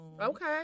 Okay